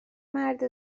مرد